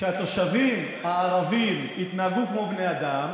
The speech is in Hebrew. כשהתושבים הערבים יתנהגו כמו בני אדם,